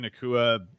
Nakua